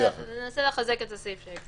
ננסה לחזק את הסעיפים.